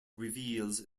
reveals